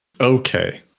Okay